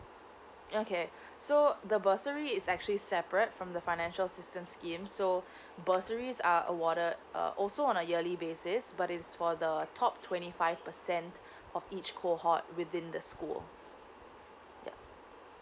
okay so the bursary is actually separate from the financial assistance scheme so bursaries are awarded uh also on a yearly basis but it's for the top twenty five percent of each cohort within the school ya